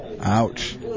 Ouch